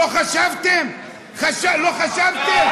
לא חשבתם?